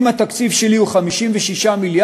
אם התקציב שלי הוא 56 מיליארד,